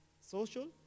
Social